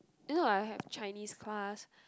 if not I will have Chinese class